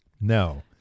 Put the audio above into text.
No